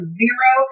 zero